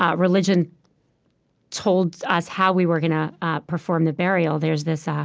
ah religion told us how we were going to ah perform the burial there's this ah